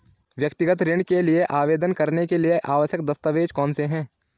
व्यक्तिगत ऋण के लिए आवेदन करने के लिए आवश्यक दस्तावेज़ कौनसे हैं?